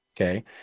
Okay